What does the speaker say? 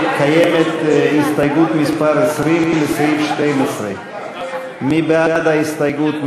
קיימת הסתייגות מס' 20 לסעיף 12. מי בעד ההסתייגות?